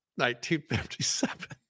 1957